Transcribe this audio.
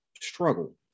struggle